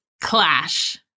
Clash